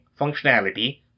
functionality